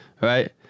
right